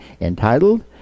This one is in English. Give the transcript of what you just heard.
entitled